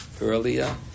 earlier